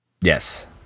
Yes